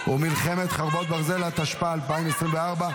על הרוגלות